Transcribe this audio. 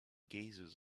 gases